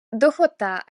духота